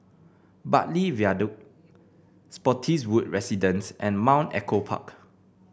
Bartley Viaduct Spottiswoode Residences and Mount Echo Park